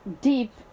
deep